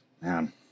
man